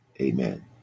Amen